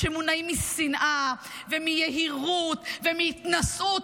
שמונעים משנאה ומיהירות ומהתנשאות,